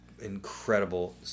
incredible